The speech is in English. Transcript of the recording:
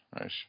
Nice